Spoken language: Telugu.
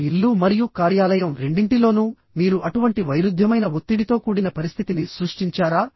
ఆ ఇల్లు మరియు కార్యాలయం రెండింటిలోనూ మీరు అటువంటి వైరుధ్యమైన ఒత్తిడితో కూడిన పరిస్థితిని సృష్టించారా